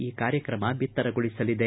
ಈ ಕಾರ್ಯಕ್ರಮ ಬಿತ್ತರಗೊಳಿಸಲಿದೆ